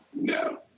No